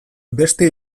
beste